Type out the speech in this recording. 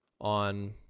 on